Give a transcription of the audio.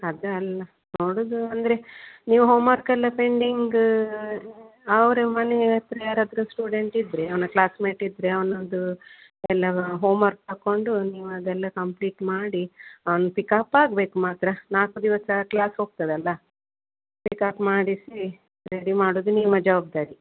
ಅದು ಅಲ್ಲ ನೋಡುವುದು ಅಂದರೆ ನೀವು ಹೋಮರ್ಕೆಲ್ಲ ಪೆಂಡಿಂಗ್ ಅವ್ರ ಮನೆ ಹತ್ತಿರ ಯಾರಾದರೂ ಸ್ಟೂಡೆಂಟ್ ಇದ್ದರೆ ಅವನ ಕ್ಲಾಸ್ಮೇಟ್ ಇದ್ದರೆ ಅವನದ್ದು ಎಲ್ಲ ಹೋಮರ್ಕ್ ತಗೊಂಡು ನೀವು ಅದೆಲ್ಲ ಕಂಪ್ಲೀಟ್ ಮಾಡಿ ಅವ್ನು ಪಿಕಾಪ್ ಆಗ್ಬೇಕು ಮಾತ್ರ ನಾಲ್ಕು ದಿವಸ ಕ್ಲಾಸ್ ಹೋಗ್ತದಲ್ವ ಪಿಕಾಪ್ ಮಾಡಿಸಿ ರೆಡಿ ಮಾಡುವುದು ನಿಮ್ಮ ಜವಾಬ್ದಾರಿ